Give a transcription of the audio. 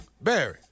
Barry